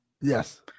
Yes